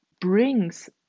brings